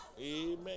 Amen